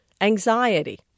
anxiety